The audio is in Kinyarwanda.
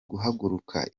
guhaguruka